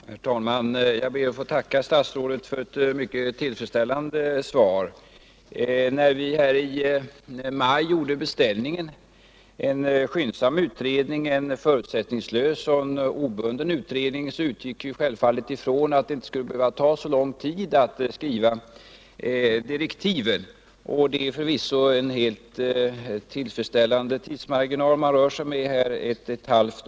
Herr talman! Jag ber att få tacka statsrådet för ett mycket tillfredsställande svar. När riksdagen i maj beställde en skyndsam, förutsättningslös och obunden utredning utgick den självfallet ifrån att det inte skulle behöva ta så lång tid att skriva direktiven. Det är förvisso en helt tillfredsställande tidsmarginal man hittills rört sig med, nämligen ett halvår.